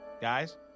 Guys